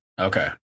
Okay